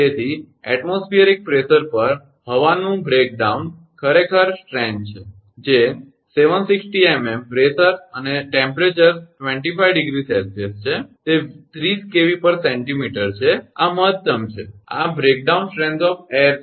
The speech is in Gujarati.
તેથી વાતાવરણીય દબાણ પર હવાનું ભંગાણ ખરેખર તાકાત છે જે 760 𝑚𝑚 દબાણ અને તાપમાન 25° 𝐶 છે તે 30 𝑘𝑉𝑐𝑚 છે આ મહત્તમ છે આ હવામાં ભંગાણ તાકાત છે